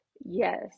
yes